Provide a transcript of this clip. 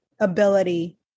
ability